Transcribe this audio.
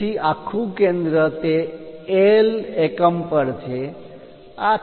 તેથી આ આખું કેન્દ્ર તે L એકમ પર છે